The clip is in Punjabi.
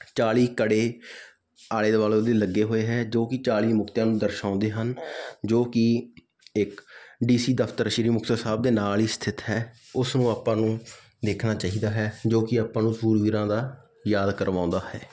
ਚਾਲ੍ਹੀ ਕੜੇ ਆਲੇ ਦੁਆਲੇ ਉਹਦੇ ਲੱਗੇ ਹੋਏ ਹੈ ਜੋ ਕਿ ਚਾਲ੍ਹੀ ਮੁਕਤਿਆਂ ਨੂੰ ਦਰਸ਼ਾਉਂਦੇ ਹਨ ਜੋ ਕਿ ਇੱਕ ਡੀਸੀ ਦਫਤਰ ਸ਼੍ਰੀ ਮੁਕਤਸਰ ਸਾਹਿਬ ਦੇ ਨਾਲ ਹੀ ਸਥਿਤ ਹੈ ਉਸ ਨੂੰ ਆਪਾਂ ਨੂੰ ਦੇਖਣਾ ਚਾਹੀਦਾ ਹੈ ਜੋ ਕਿ ਆਪਾਂ ਨੂੰ ਸੂਰਬੀਰਾਂ ਦਾ ਯਾਦ ਕਰਵਾਉਂਦਾ ਹੈ